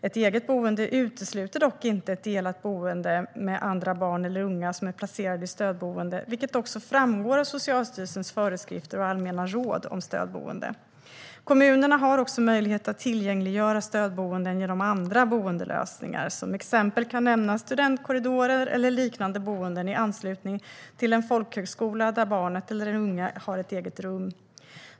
Ett eget boende utesluter dock inte ett delat boende med andra barn eller unga som är placerade i stödboende, vilket också framgår av Socialstyrelsens föreskrifter och allmänna råd om stödboende. Kommunerna har också möjlighet att tillgängliggöra stödboenden genom andra boendelösningar. Som exempel kan nämnas studentkorridorer eller liknande boenden i anslutning till en folkhögskola där barnet eller den unge har ett eget rum.